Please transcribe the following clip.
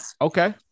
Okay